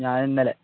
ഞാനിന്നലെ